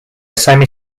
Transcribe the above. semi